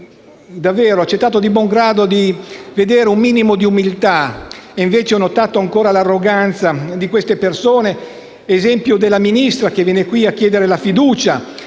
davvero accettato di buon grado di vedere un minimo di umiltà, e invece ho notato ancora l'arroganza di queste persone: l'esempio del ministro Boschi che viene qui a chiedere la fiducia,